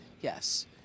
yes